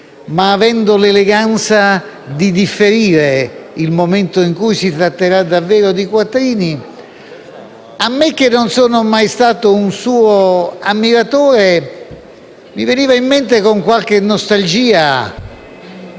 ma avendo l'eleganza di differire il momento in cui si tratterà davvero di quattrini - a me, che non sono mai stato un suo ammiratore, veniva in mente, con qualche nostalgia,